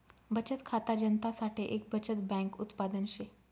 बचत खाता जनता साठे एक बचत बैंक उत्पादन शे